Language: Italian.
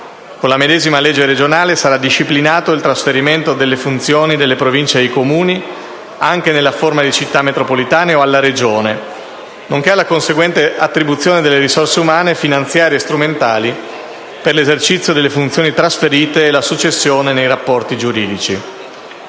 Con la medesima legge regionale sarà disciplinato il trasferimento delle funzioni delle Province ai Comuni, anche nella forma di Città metropolitane o alla Regione, nonché alla conseguente attribuzione delle risorse umane, finanziarie e strumentali per l'esercizio delle funzioni trasferite e la successione nei rapporti giuridici.